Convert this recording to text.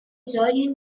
joining